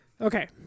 Okay